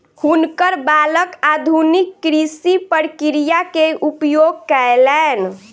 हुनकर बालक आधुनिक कृषि प्रक्रिया के उपयोग कयलैन